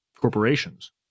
corporations